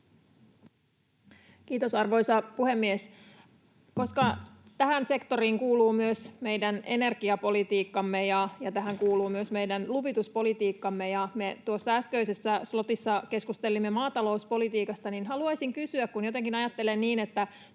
Kiitos, arvoisa puhemies! Koska tähän sektoriin kuuluu myös meidän energiapolitiikkamme ja tähän kuuluu myös meidän luvituspolitiikkamme ja me tuossa äskeisessä slotissa keskustelimme maatalouspolitiikasta, niin haluaisin kysyä, kun jotenkin ajattelen niin, että